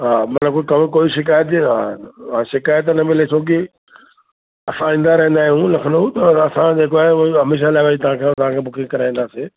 हा मतिलब थोरो कोई शिकाइत बि हा हा शिकाइत न मिले छो की असां ईंदा रहंदा आहियूं लखनऊ त असां जेको आहे उहो हमेशह लाइ वरी तव्हांखां तांखीं बुकिंग कराईंदासीं